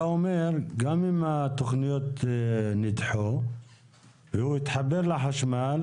אתה אומר שגם אם התכניות נדחו והוא התחבר לחשמל,